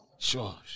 Sure